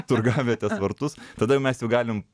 turgavietės vartus tada jau mes jau galim